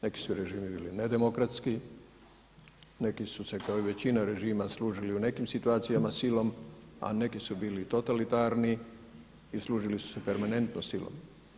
Neki su režimi bili nedemokratski, neki su se kao i većina režima služili u nekim situacijama silom, a neki su bili totalitarni i služili su se permanentnom silom.